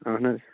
اَہَن حظ